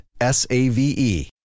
S-A-V-E